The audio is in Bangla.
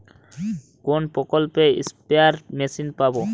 কোন প্রকল্পে স্পেয়ার মেশিন পাব?